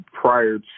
prior